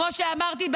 כמו שאמרתי,